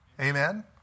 Amen